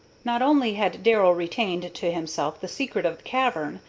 not only had darrell retained to himself the secret of cavern,